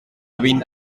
vint